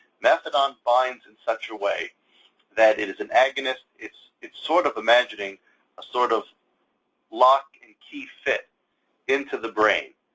methadone binds in such a way that it is an agonist. it's it's sort of imagining a sort of lock-and-key fit into the brain,